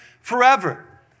forever